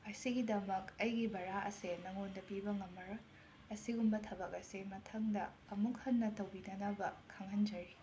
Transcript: ꯑꯁꯤꯒꯤꯗꯃꯛ ꯑꯩꯒꯤ ꯕꯔꯥ ꯑꯁꯤ ꯅꯉꯣꯟꯗ ꯄꯤꯕ ꯉꯝꯃꯔꯣꯏ ꯑꯁꯤꯒꯨꯝꯕ ꯊꯕꯛ ꯑꯁꯤ ꯃꯊꯪꯗ ꯑꯃꯨꯛ ꯍꯟꯅ ꯇꯧꯕꯤꯗꯅꯕ ꯈꯪꯍꯟꯖꯔꯤ